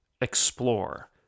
explore